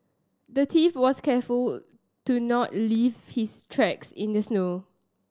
the thief was careful to not leave his tracks in the snow